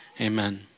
amen